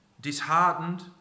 disheartened